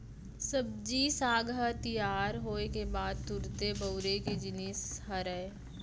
सब्जी साग ह तियार होए के बाद तुरते बउरे के जिनिस हरय